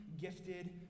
gifted